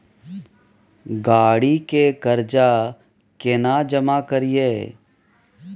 गाड़ी के कर्जा केना जमा करिए?